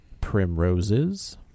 primroses